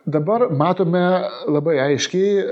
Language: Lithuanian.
dabar matome labai aiškiai